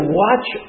watch